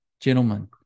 Gentlemen